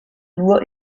nur